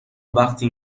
وقتی